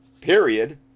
period